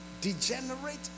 Degenerate